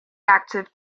active